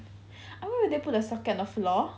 why would they put the socket on the floor